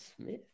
Smith